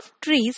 trees